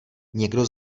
někdo